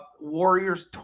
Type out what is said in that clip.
Warriors